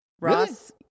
ross